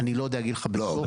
אני לא יודע להגיד לך בדיוק.